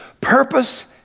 Purpose